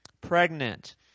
pregnant